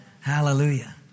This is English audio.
Hallelujah